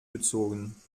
gezogen